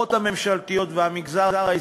המדינה, איך הממשלה,